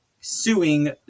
suing